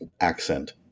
accent